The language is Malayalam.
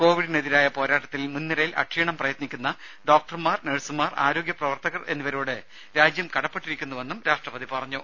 കോവിഡിനെതിരായ പോരാട്ടത്തിൽ മുൻ നിരയിൽ അക്ഷീണം പ്രയത്നിക്കുന്ന ഡോക്ടർമാർ നഴ്സുമാർ ആരോഗ്യപ്രവർത്തകർ എന്നിവരോട് രാജ്യം കടപ്പെട്ടിരിക്കുന്നുവെന്നും രാഷ്ട്രപതി പറഞ്ഞു